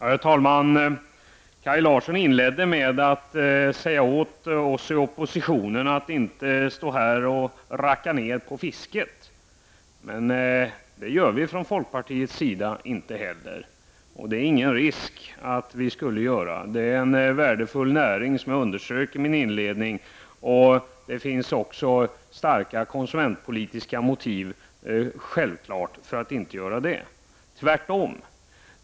Herr talman! Kaj Larsson inledde sitt anförande med att säga åt oss i oppositionen att inte stå här och racka ner på fisket. Men det gör vi inte heller i folkpartiet. Det finns ingen risk för att vi skulle göra det. Fisket är en värdefull näring, vilket jag underströk i mitt inledningsanförande. Det finns självfallet starka konsumentpolitiska motiv till att inte göra detta.